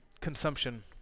consumption